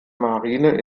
marine